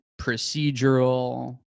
procedural